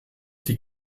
die